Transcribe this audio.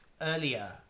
earlier